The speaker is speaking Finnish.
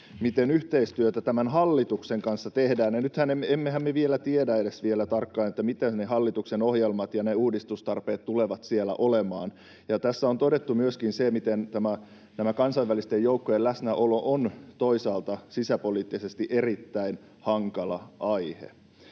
miten yhteistyötä tämän hallituksen kanssa tehdään, ja emmehän me vielä tiedä edes tarkkaan, mitä ne hallituksen ohjelmat ja ne uudistustarpeet tulevat siellä olemaan. Tässä on todettu myöskin se, miten tämä kansainvälisten joukkojen läsnäolo on toisaalta sisäpoliittisesti erittäin hankala aihe.